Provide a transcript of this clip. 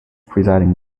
presiding